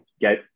get